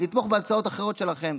ונתמוך בהצעות האחרות שלכם.